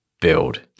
Build